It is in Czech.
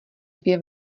dvě